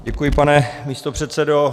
Děkuji, pane místopředsedo.